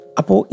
apo